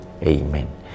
Amen